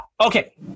Okay